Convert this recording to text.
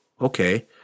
okay